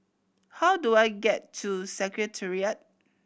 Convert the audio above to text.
how do I get to Secretariat